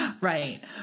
Right